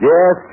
Yes